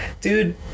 Dude